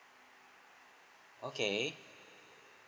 okay